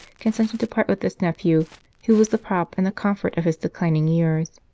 consented to part with this nephew who was the prop and the comfort of his declining years.